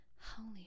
Holy